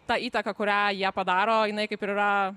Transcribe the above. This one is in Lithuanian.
ta įtaka kurią jie padaro jinai kaip ir yra